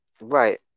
Right